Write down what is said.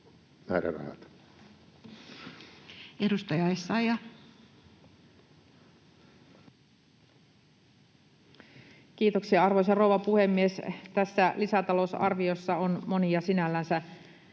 16:17 Content: Kiitoksia, arvoisa rouva puhemies! Tässä lisätalousarviossa on monia sinällänsä